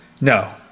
No